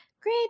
Great